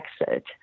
exit